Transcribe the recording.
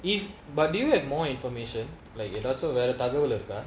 if but do you have more information like your data where data